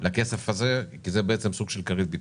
לכסף הזה כי זה בעצם סוג של כרית ביטחון.